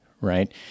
right